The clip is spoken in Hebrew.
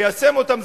ליישם אותן,